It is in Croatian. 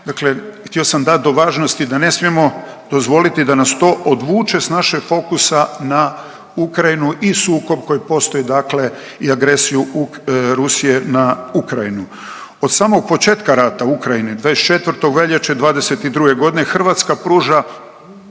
htio sam dat do važnosti da ne smijemo dozvoliti da nas to odvuče s našeg fokusa na Ukrajinu i sukob koji postoji dakle i agresiju Rusije na Ukrajinu. Od samog početka rata u Ukrajini 24. veljače '22. godine Hrvatska pruža